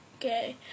Okay